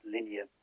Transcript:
Linear